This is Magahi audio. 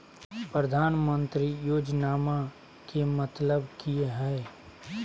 प्रधानमंत्री योजनामा के मतलब कि हय?